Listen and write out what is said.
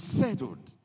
settled